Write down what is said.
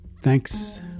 Thanks